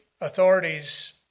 authorities